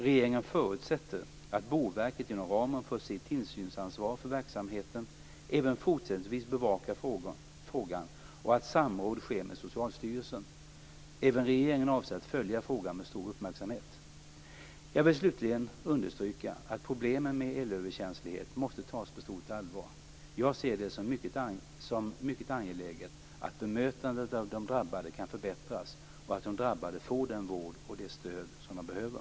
Regeringen förutsätter att Boverket inom ramen för sitt tillsynsansvar för verksamheten även fortsättningsvis bevakar frågan och att samråd sker med Socialstyrelsen. Även regeringen avser att följa frågan med stor uppmärksamhet. Jag vill slutligen understryka att problemen med elöverkänslighet måste tas på stort allvar. Jag ser det som mycket angeläget att bemötandet av de drabbade kan förbättras och att de drabbade får den vård och det stöd som de behöver.